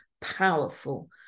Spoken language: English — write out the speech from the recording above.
powerful